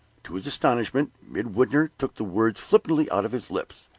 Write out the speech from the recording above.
to his astonishment, midwinter took the words flippantly out of his lips,